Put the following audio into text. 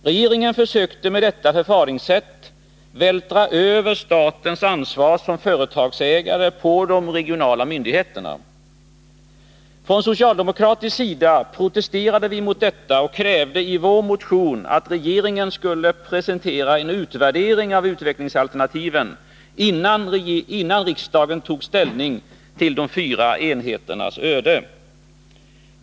Regeringen försökte med detta förfaringssätt vältra över statens ansvar som företagsägare på de regionala myndigheterna. Från socialdemokratisk sida protesterade vi mot detta och krävde i vår motion att regeringen skulle presentera en utvärdering av utvecklingsalternativen innan riksdagen tog ställning till de fyra enheternas öde.